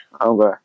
Okay